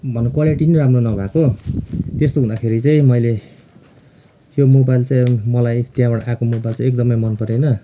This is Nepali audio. भनौँ क्वालिटी नै राम्रो नभएको त्यसतो हुदाँखेरि चाहिँ मैले यो मोबाइल चाहिँ अब मलाई त्यहाँबाट आएको मोबाइल चाहिँ एकदमै मन परेन